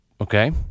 Okay